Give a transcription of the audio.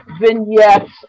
vignettes